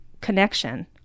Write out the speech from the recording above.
connection